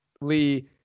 Lee